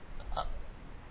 uh